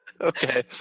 Okay